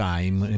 Time